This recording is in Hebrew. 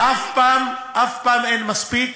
אף פעם אין מספיק.